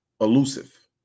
elusive